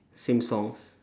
same songs